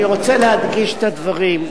אני רוצה להדגיש את הדברים.